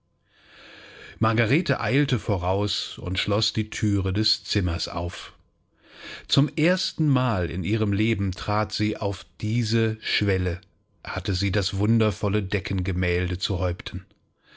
margarete eilte voraus und schloß die thüre des zimmers auf zum erstenmal in ihrem leben trat sie auf diese schwelle hatte sie das wundervolle deckengemälde zu häupten